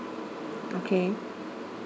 okay